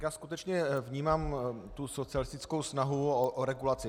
Já skutečně vnímám tu socialistickou snahu o regulaci.